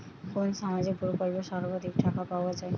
কোন সামাজিক প্রকল্পে সর্বাধিক টাকা পাওয়া য়ায়?